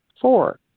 Four